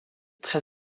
très